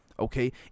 Okay